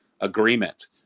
agreement